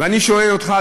אני שואל אותך,